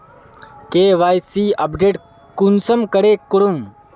KYC update कुंसम करे करूम?